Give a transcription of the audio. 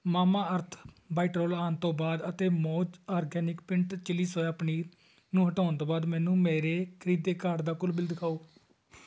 Mamaearth bite roll on ਤੋਂ ਬਾਅਦ ਅਤੇ Mauj organic peanut chilli soya paneer ਨੂੰ ਹਟਾਉਣ ਤੋਂ ਬਾਅਦ ਮੈਨੂੰ ਮੇਰੇ ਖਰੀਦੇ ਕਾਰਟ ਦਾ ਕੁੱਲ ਬਿੱਲ ਦਿਖਾਓ